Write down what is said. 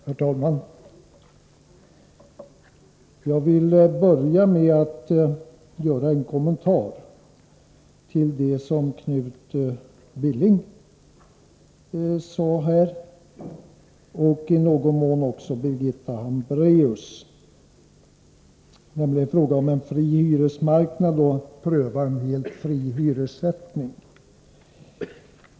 Herr talman! Jag vill börja med att göra en kommentar till det Knut Billing och i någon mån också Birgitta Hambraeus sade här. Det gäller frågan om en fri hyresmarknad, att pröva en helt fri hyressättning.